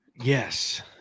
Yes